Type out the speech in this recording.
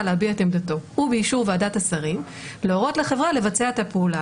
להביע את עמדתו ובאישור ועדת השרים להורות לחברה לבצע את הפעולה,